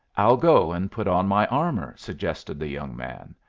i'll go and put on my armour, suggested the young man.